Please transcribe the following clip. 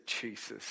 Jesus